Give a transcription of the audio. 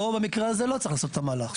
או במקרה הזה לא צריך לעשות את המהלך.